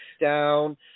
Down